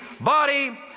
body